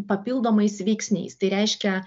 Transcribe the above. papildomais veiksniais tai reiškia